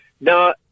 Now